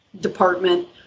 department